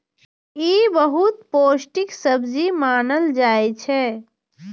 ई बहुत पौष्टिक सब्जी मानल जाइ छै